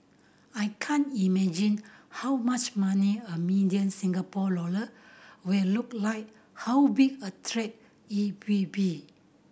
I can't imagine how much money a million Singapore dollar will look like how big a it will be